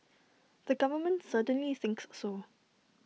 the government certainly thinks so